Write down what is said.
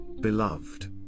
beloved